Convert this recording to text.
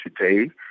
today